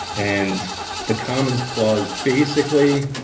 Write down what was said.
and the commons clause basically,